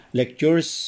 lectures